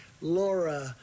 Laura